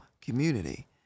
community